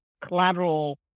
collateral